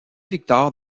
victor